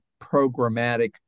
programmatic